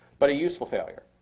but a useful failure.